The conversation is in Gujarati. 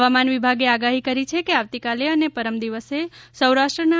હવામાન વિભાગે આગાહી કરી છે કે આવતીકાલે અને પરમ દિવસે સૌરાષ્ટ્રના